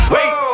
Wait